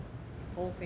ho fei fang